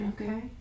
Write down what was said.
Okay